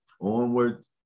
onward